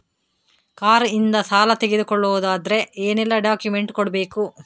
Car ಇಂದ ಸಾಲ ತಗೊಳುದಾದ್ರೆ ಏನೆಲ್ಲ ಡಾಕ್ಯುಮೆಂಟ್ಸ್ ಕೊಡ್ಬೇಕು?